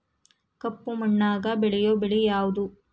ಕಪ್ಪು ಮಣ್ಣಾಗ ಬೆಳೆಯೋ ಬೆಳಿ ಯಾವುದು?